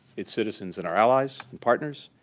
its citizens and our allies and partners,